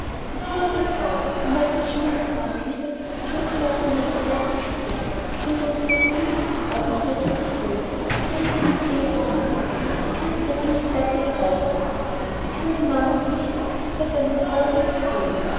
die türe geht auf im matten schimmer des nachtlichtes erkennt sie martiniz blendendes gesicht sein dunkles wehmütiges auge fesselt sie so daß sie kein glied zu rühren vermag sie kann die decke nicht weiter heraufziehen sie kann den marmorbusen nicht vor seinem feuerblick verhüllen